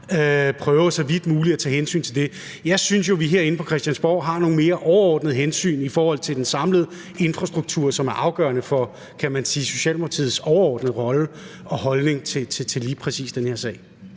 har, så vidt muligt prøver at tage hensyn til det. Jeg synes jo, at vi herinde på Christiansborg har nogle mere overordnede hensyn i forhold til den samlede infrastruktur, som er afgørende for, kan man sige, Socialdemokratiets overordnede rolle og holdning til lige præcis den her sag.